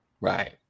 Right